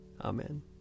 Amen